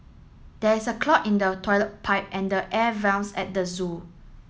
there is a clog in the toilet pipe and the air vents at the zoo